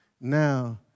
Now